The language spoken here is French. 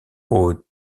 aux